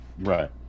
Right